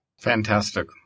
Fantastic